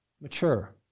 mature